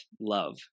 love